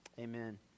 Amen